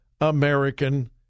American